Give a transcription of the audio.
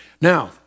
Now